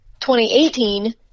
2018